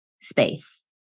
space